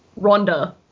Rhonda